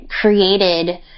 created